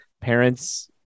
parents